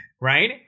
right